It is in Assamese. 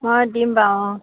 মই দিম বাৰু